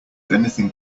anything